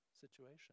situation